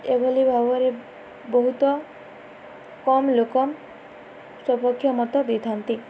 ଏଭଳି ଭାବରେ ବହୁତ କମ୍ ଲୋକ ସପକ୍ଷ ମତ ଦେଇଥାନ୍ତି